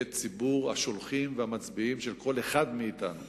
ציבור השולחים והמצביעים של כל אחד מאתנו.